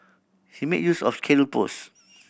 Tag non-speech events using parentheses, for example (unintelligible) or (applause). he made use of (unintelligible) post